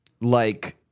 Like-